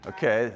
Okay